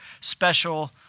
special